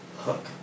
Hook